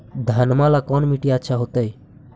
घनमा ला कौन मिट्टियां अच्छा होतई?